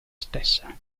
stessa